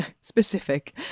specific